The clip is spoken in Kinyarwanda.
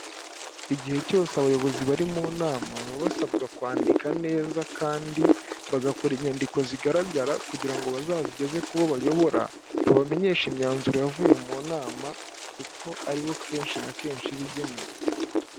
Igihe cyose abayobozi bari mu nama baba basabwa kwandika neza kandi bagakora inyandiko zigaragara kugira ngo bazazigeze ku bo bayobora babamenyeshe imyanzuro yavuye mu nama kuko aribo kenshi na kenshi iba igenewe.